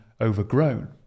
overgrown